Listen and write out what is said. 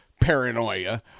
paranoia